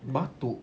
batuk